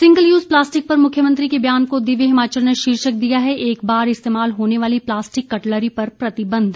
single use plastic पर मुख्यमंत्री के बयान को दिव्य हिमाचल ने शीर्षक दिया है एक बार इस्तेमाल होने वाली प्लास्टिक कटलरी पर प्रतिबंध